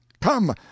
come